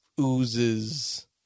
oozes